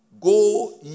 Go